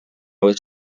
was